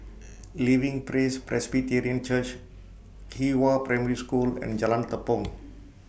Living Praise Presbyterian Church Qihua Primary School and Jalan Tepong